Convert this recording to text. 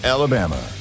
Alabama